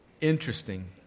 Interesting